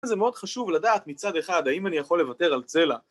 זה מאוד חשוב לדעת מצד אחד האם אני יכול לוותר על צלע